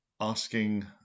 asking